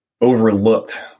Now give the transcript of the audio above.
overlooked